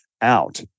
out